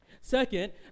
Second